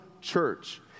church